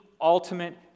ultimate